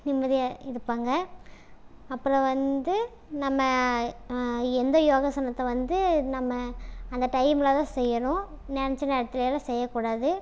நிம்மதியாக இருப்பாங்க அப்புறம் வந்து நம்ம எந்த யோகாசனத்தை வந்து நம்ம அந்த டைமில் தான் செய்யணும் நினச்ச நேரத்திலலாம் செய்யக் கூடாது